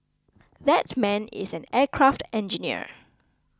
that man is an aircraft engineer